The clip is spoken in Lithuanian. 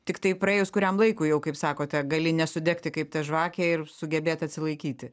tiktai praėjus kuriam laikui jau kaip sakote gali nesudegti kaip ta žvakė ir sugebėt atsilaikyti